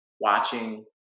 watching